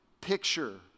picture